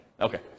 okay